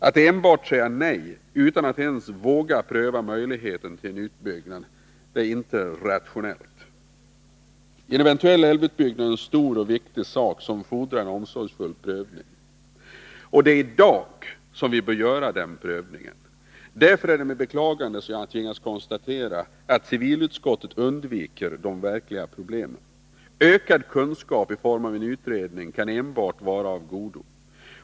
Att enbart säga nej utan att ens våga pröva möjligheten till en utbyggnad är inte rationellt. En eventuell älvutbyggnad är en stor och viktig sak som fordrar en omsorgsfull prövning. Det är i dag som vi bör göra den prövningen. Därför är det med beklagande som jag tvingas konstatera att civilutskottet undviker de verkliga problemen. Ökad kunskap i form av en utredning kan enbart vara av godo.